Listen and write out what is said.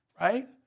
right